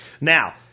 Now